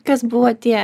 kas buvo tie